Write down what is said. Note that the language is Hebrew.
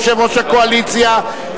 יושב-ראש הקואליציה,